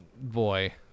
Boy